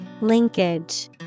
Linkage